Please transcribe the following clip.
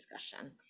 discussion